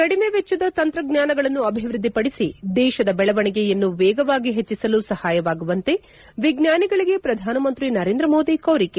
ಕಡಿಮೆ ವೆಚ್ಚದ ತಂತ್ರಜ್ಞಾನಗಳನ್ನು ಅಭಿವೃದ್ಧಿಪಡಿಸಿ ದೇಶದ ಬೆಳವಣಿಗೆಯನ್ನು ವೇಗವಾಗಿ ಹೆಚ್ಚಿಸಲು ಸಹಾಯವಾಗುವಂತೆ ವಿಜ್ಞಾನಿಗಳಿಗೆ ಪ್ರಧಾನಮಂತ್ರಿ ನರೇಂದ್ರ ಮೋದಿ ಕೋರಿಕೆ